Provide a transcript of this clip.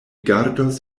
gardos